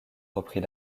reprit